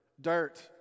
dirt